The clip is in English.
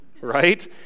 right